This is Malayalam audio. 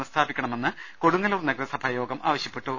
പുനഃസ്ഥാപിക്ക ണമെന്ന് കൊടുങ്ങല്ലൂർ നഗരസഭ യോഗം ആവശ്യ പ്പെട്ടു